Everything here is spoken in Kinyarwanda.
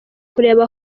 kureba